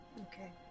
Okay